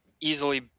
easily